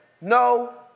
no